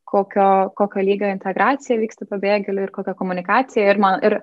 kokio kokio lygio integracija vyksta pabėgėlių ir kokią komunikaciją ir man ir